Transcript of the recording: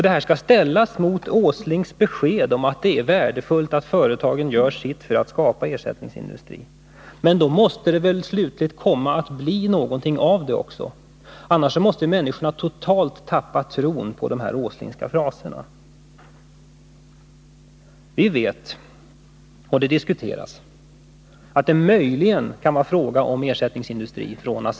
Detta skall ställas mot Nils Åslings besked att det är värdefullt att företag gör sitt för att skapa ersättningssysselsättning. Det måste bli någonting av försöken att skapa ersättningsindustrier, annars tappar människorna totalt tron på de Åslingska fraserna. I Norberg kan det möjligen bli fråga om ersättningsindustri från ASEA.